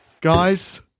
Guys